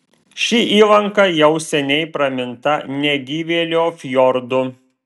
ši įlanka jau seniai praminta negyvėlio fjordu